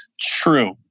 True